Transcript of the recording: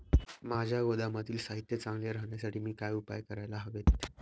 माझ्या गोदामातील साहित्य चांगले राहण्यासाठी मी काय उपाय काय करायला हवेत?